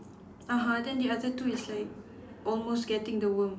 (uh huh) then the other two is like almost getting the worm